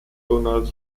donald